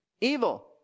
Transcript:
evil